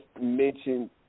mentioned